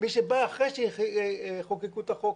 מי שבא אחרי שחוקקו את החוק,